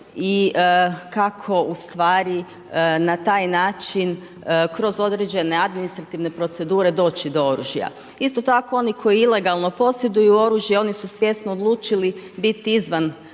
i kako ustvari na taj način kroz određene administrativne procedure doći do oružja. Isto tako oni koji ilegalno posjeduju oružje oni su svjesno odlučili biti izvan ove